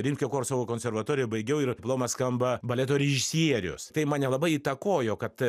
rimkio korsavo konservatoriją baigiau ir diplomas skamba baleto režisierius tai mane labai įtakojo kad